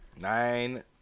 Nine